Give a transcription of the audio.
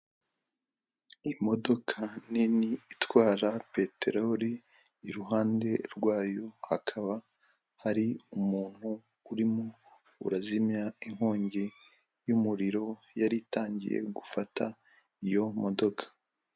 Imodoka nini itwara peterori, iruhande rwayo hakaba hari umuntu urimo urazimya inkongi y'umuriro yari itangiye gufata iyo modoka.